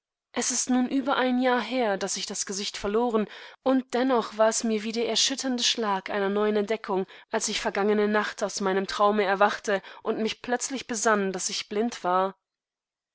welchenichalswachenderniemalswiedersehenwerde esist nun über ein jahr her daß ich das gesicht verloren und dennoch war es mir wie der erschütternde schlag einer neuen entdeckung als ich vergangene nacht aus meinem träumeerwachteundmichplötzlichbesann daßichblindwar wasfüreintraumwares lenny nur ein traum von dem orte wo ich dich das